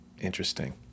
Interesting